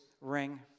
ring